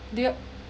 do your